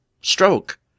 stroke